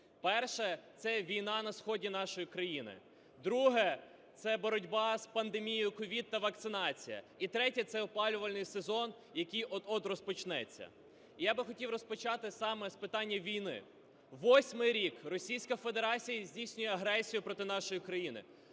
Перше – це війна на сході нашої країни. Друге – це боротьба з пандемією COVID та вакцинація. І третє – це опалювальний сезон, який от-от розпочнеться. Я хотів би розпочати саме з питання війни. Восьмий рік Російська Федерація здійснює агресію проти нашої країни.